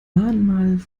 mahnmal